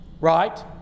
right